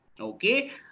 Okay